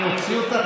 אני היחיד?